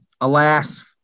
alas